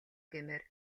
гэмээр